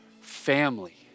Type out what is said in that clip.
family